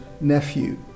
Nephew